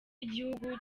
igihugu